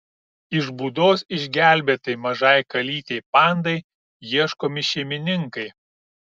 iš būdos išgelbėtai mažai kalytei pandai ieškomi šeimininkai